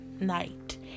night